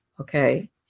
Okay